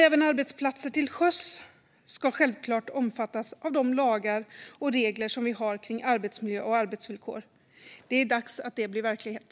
Även arbetsplatser till sjöss ska självklart omfattas av de lagar och regler som vi har om arbetsmiljö och arbetsvillkor. Det är dags att det blir verklighet.